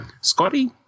Scotty